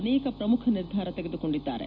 ಅನೇಕ ಪ್ರಮುಖ ನಿರ್ಧಾರ ತೆಗೆದುಕೊಂಡಿದ್ದಾರೆ